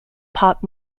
pop